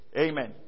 Amen